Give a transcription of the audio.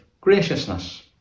graciousness